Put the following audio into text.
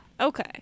okay